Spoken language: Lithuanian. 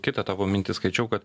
kitą tavo mintį skaičiau kad